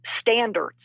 standards